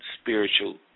spiritual